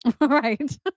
Right